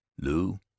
Lou